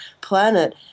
planet